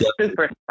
super